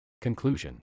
Conclusion